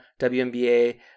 WNBA